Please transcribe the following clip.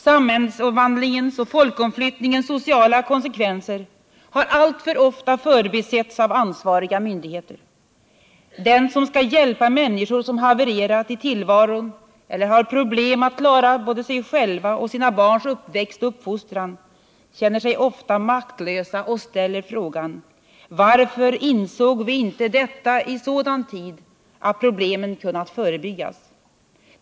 Samhällsomvandlingens och folkomflyttningens sociala konsekvenser har alltför ofta förbisetts av ansvariga myndigheter. De som skall hjälpa människor som havererat i tillvaron eller dem som har problem att klara både sig själv och sina barns uppväxt och uppfostran känner sig ofta maktlösa och ställer sig frågan: Varför insåg vi inte detta i sådan tid att problemen kunnat förebyggas?